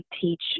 teach